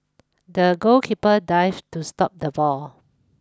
the goalkeeper dived to stop the ball